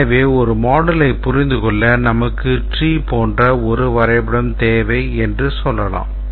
எனவே ஒரு moduleயைப் புரிந்து கொள்ள நமக்கு tree போன்ற ஒரு வரைபடம் தேவை என்று சொல்லலாம்